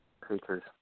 creatures